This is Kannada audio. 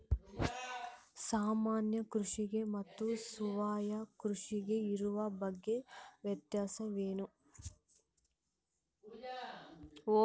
ಸಾಮಾನ್ಯ ಕೃಷಿಗೆ ಮತ್ತೆ ಸಾವಯವ ಕೃಷಿಗೆ ಇರುವ ಮುಖ್ಯ ವ್ಯತ್ಯಾಸ ಏನು?